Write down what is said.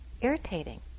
irritating